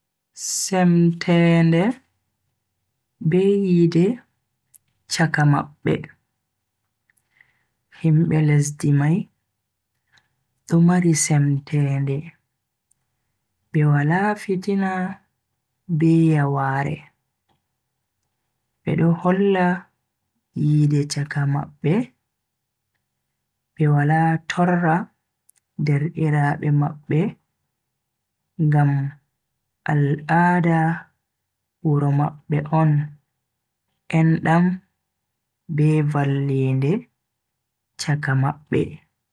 Semtende be yide chaka mabbe. Himbe lesdi mai do mari semtende be wala fitina be yaware. Beddo holla yiide chaka mabbe be wala torra derdiraabe mabbe ngam al'ada wuro mabbe on endam be vallinde chaka mabbe.